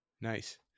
nice